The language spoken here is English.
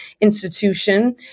institution